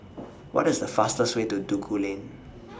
What IS The fastest Way to Duku Lane